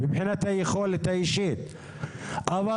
מבחינת היכולת האישית שלו אין לו בעיה לשלם את ה-1,500,